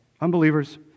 unbelievers